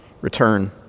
return